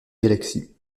galaxies